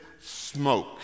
smoke